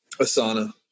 Asana